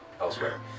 elsewhere